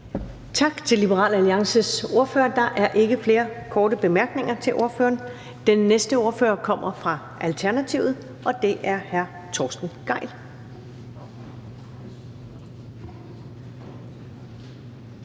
Tak til Liberal Alliances ordfører. Der er ikke flere korte bemærkninger til ordføreren. Den næste ordfører kommer fra Alternativet, og det er hr. Torsten Gejl.